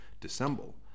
dissemble